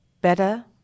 better